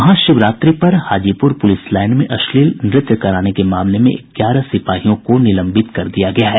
महाशिवरात्रि पर Hajipur police line में अश्लील नृत्य कराने के मामले में ग्यारह सिपाहियों को निलंबित कर दिया गया है